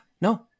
no